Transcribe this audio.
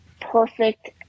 perfect